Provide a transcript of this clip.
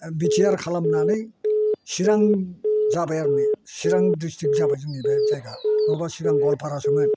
बि T R खालामनानै चिरां जाबाय आरो नै चिरां डिसट्रिक्ट जाबाय जों जोंनि जायगा नङाब्ला सिगां गवालफारासोमोन